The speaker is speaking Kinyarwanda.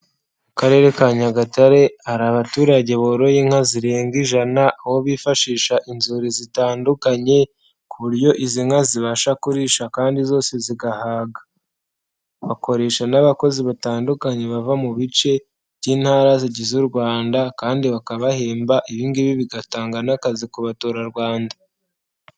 Mu karere ka nyagatare hari abaturage boroye inka zirenga ijana, aho bifashisha inzuri zitandukanye, ku buryo izi nka zibasha kurisha kandi zose ziga, bakoresha n'abakozi batandukanye bava mu bice by'intara zigize u Rwanda kandi bakabahemba, ibingibi bigatanga n'akazi ku baturarwanda.